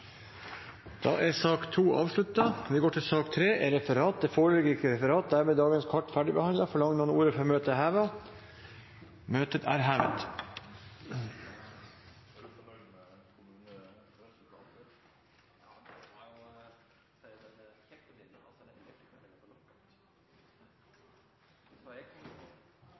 Da er sak nr. 2 ferdigbehandlet. Det foreligger ikke noe referat. Dermed er dagens kart ferdigbehandlet. Forlanger noen ordet før møtet heves? – Møtet er hevet.